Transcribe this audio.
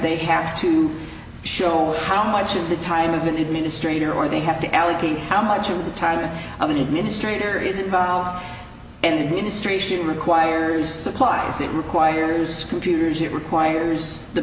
they have to show how much of the time of an administrator or they have to allocate how much of the tyra of an administrator is involved in the industry she requires supplies it requires computers it requires the